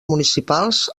municipals